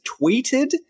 tweeted